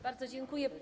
Bardzo dziękuję.